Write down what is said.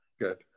Good